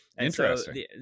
Interesting